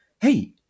hey